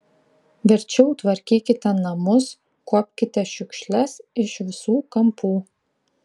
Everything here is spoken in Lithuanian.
verčiau tvarkykite namus kuopkite šiukšles iš visų kampų